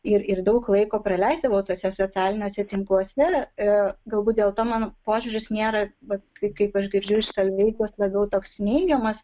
ir ir daug laiko praleisdavau tuose socialiniuose tinkluose ir galbūt dėl to mano požiūris nėra vat kai kaip aš girdžiu iš solveigos labiau toks neigiamas